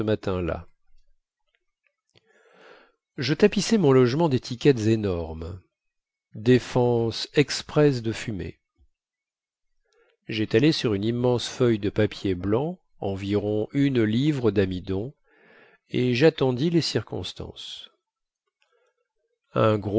ce matin-là je tapissai mon logement détiquettes énormes défense expresse de fumer jétalai sur une immense feuille de papier blanc environ une livre damidon et jattendis les circonstances